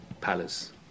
palace